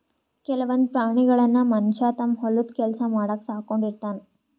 ಕೆಲವೊಂದ್ ಪ್ರಾಣಿಗಳನ್ನ್ ಮನಷ್ಯ ತಮ್ಮ್ ಹೊಲದ್ ಕೆಲ್ಸ ಮಾಡಕ್ಕ್ ಸಾಕೊಂಡಿರ್ತಾನ್